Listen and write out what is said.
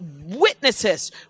witnesses